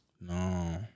No